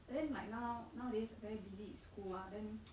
but then like now nowadays very busy in school ah then